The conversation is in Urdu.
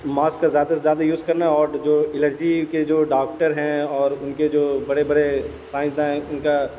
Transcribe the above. ماسک کا زیادہ سے زیادہ یوز کرنا ہے اور جو الرجی کے جو ڈاکٹر ہیں اور ان کے جو بڑے بڑے سائنسداں ہیں ان کا